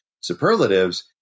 superlatives